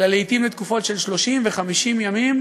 אלא לעתים לתקופות של 30 ימים ו-50 ימים.